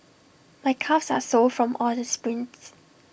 my calves are sore from all the sprints